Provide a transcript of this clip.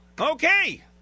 Okay